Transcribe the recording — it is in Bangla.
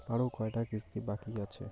আরো কয়টা কিস্তি বাকি আছে?